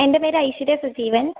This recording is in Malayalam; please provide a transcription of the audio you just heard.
എൻ്റെ പേര് ഐശ്വര്യ പ്രദീപൻ